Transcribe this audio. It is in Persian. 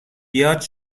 بیاد